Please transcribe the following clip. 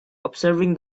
observing